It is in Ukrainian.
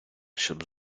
щоб